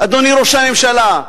אדוני ראש הממשלה,